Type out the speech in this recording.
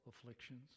afflictions